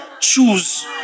choose